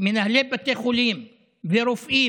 מנהלי בתי חולים ורופאים